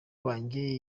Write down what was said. wanjye